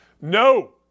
no